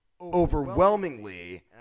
Overwhelmingly